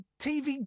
tv